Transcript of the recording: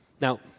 Now